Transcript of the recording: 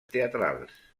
teatrals